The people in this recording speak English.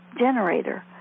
generator